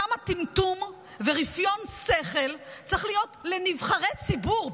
כמה טמטום ורפיון שכל צריכים להיות לנבחרי ציבור,